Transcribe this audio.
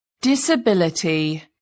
disability